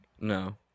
No